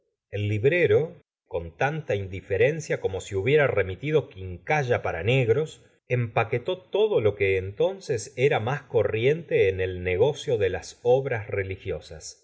el librero con tanta indiferencia como si hubie ra remitido quincalla para n egros empaquetó todo lo que entonces era más corriente en el negocio de las obras religiosas